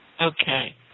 Okay